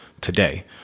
today